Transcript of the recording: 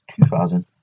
2000